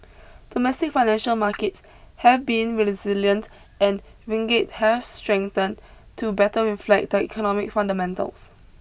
domestic financial markets have been resilient and ringgit has strengthened to better reflect the economic fundamentals